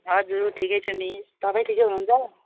हजुर ठिक्कै छु मिस तपाईँ ठिकै हुनुहुन्छ